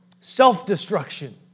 Self-destruction